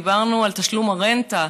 דיברנו על תשלום הרנטה,